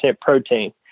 protein